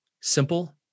simple